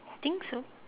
I think so